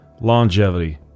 longevity